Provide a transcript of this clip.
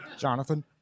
Jonathan